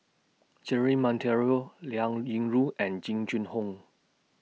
Jerry Monteiro Liao Yingru and Jing Jun Hong